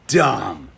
dumb